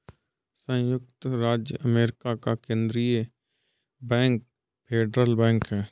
सयुक्त राज्य अमेरिका का केन्द्रीय बैंक फेडरल बैंक है